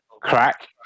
crack